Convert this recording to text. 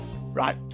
Right